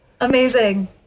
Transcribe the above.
Amazing